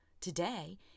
Today